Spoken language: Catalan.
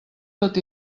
tot